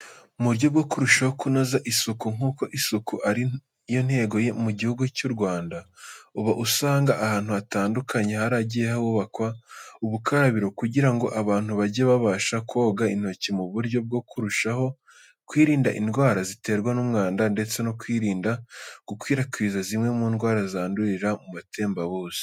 Mu buryo bwo kurushaho kunoza isuku nk'uko isuku ari yo ntego mu gihugu cy'u Rwanda, uba usanga ahantu hatandukanye haragiye hubakwa ubukarabiro kugira ngo abantu bajye babasha koga intoki mu buryo bwo kurushaho kwirinda indwara ziterwa n'umwanda ndetse no kwirinda gukwirakwiza zimwe mu ndwara zandurira mu matembabuzi.